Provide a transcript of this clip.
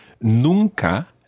Nunca